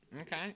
Okay